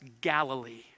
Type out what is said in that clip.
Galilee